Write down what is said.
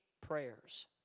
prayers